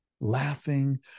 laughing